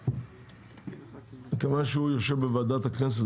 אופיר כץ, מכיוון שהוא מנהל את ועדת הכנסת,